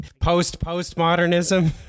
Post-postmodernism